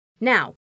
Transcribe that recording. Now